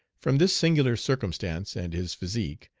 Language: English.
from this singular circumstance and his physique,